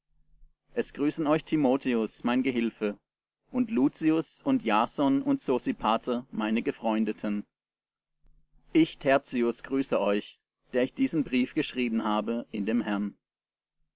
es grüßen euch timotheus mein gehilfe und luzius und jason und sosipater meine gefreundeten ich tertius grüße euch der ich diesen brief geschrieben habe in dem herrn